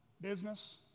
business